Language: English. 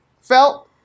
felt